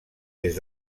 des